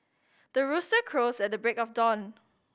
the rooster crows at the break of dawn